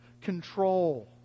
control